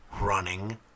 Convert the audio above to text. running